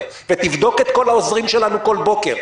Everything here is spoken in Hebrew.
ותבדוק את כל העוזרים שלנו בכל בוקר,